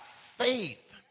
faith